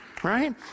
right